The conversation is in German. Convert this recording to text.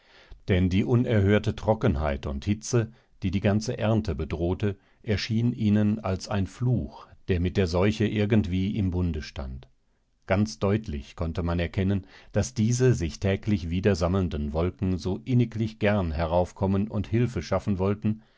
denn die unerhörte trockenheit und hitze die die ganze ernte bedrohte erschien ihnen als ein fluch der mit der seuche irgendwie im bunde stand ganz deutlich konnte man erkennen daß diese sich täglich wieder sammelnden wolken so inniglich gern heraufkommen und hilfe schaffen wollten